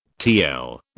TL